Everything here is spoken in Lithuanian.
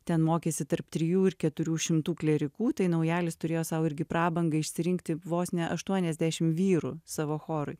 ten mokėsi tarp trijų ir keturių šimtų klierikų tai naujalis turėjo sau irgi prabangą išsirinkti vos ne aštuoniasdešim vyrų savo chorui